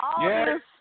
Yes